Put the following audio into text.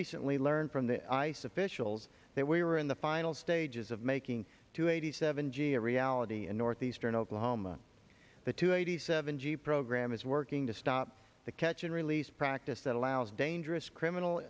recently learned from the ice officials that we were in the final stages of making two eighty seven g a reality in northeastern oklahoma the two eighty seven g program is working to stop the catch and release practice that allows dangerous criminal